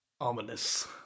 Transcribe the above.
Ominous